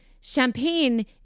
Champagne